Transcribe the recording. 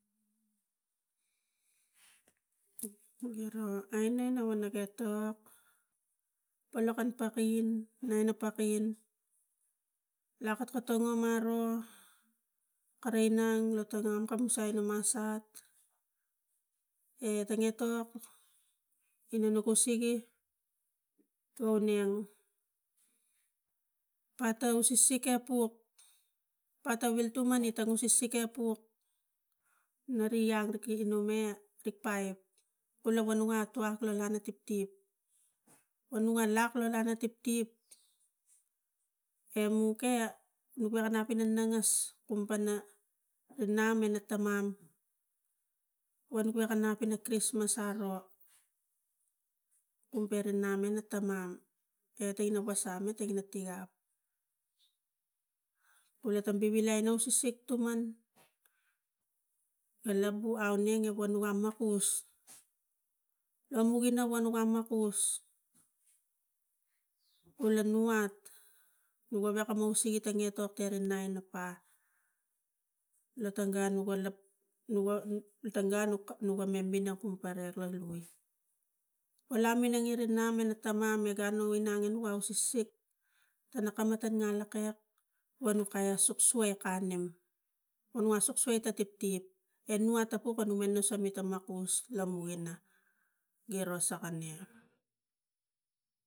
Giro kaineng wakani etok palakan pakin ina pakin lakokotang aro kara inang lo lanta musa ina masat e tang etok ina mikus sege tuaneng kata usisik epuk kata viltuma ina usisik epuk, lore iang kiki ume te paip kula vanuat iak lo ian nata tiptip vo nu a lak lo ian tiptip emuk e i wekanap ina nangas kumpana ri nam ina tamam wagi wakanap ina krismas aro kum para namina tamang e te napa sami ta votigap, ina tang bivilai usisik tuman na labu i aunenge wanwan makus, kula nu vat kula wekamos si atang i naina pa lo tang gun no ga lak lotang gun nuga mem minang kul para la lui, a lam minang nem ina tamam a inang i ausisik tana kamata nanglokek, wa nu kas sosok wa kaneng una soksok ita tiptip e watapuk kam mina so ita makus lamua inang giro sakania.